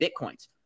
bitcoins